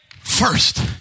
first